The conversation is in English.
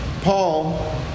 Paul